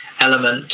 element